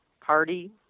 party